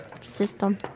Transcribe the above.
system